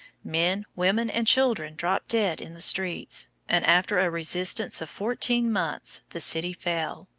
men, women, and children dropped dead in the streets, and after a resistance of fourteen months the city fell.